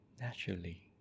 naturally